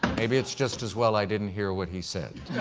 maybe it's just as well i didn't hear what he said.